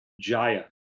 Jaya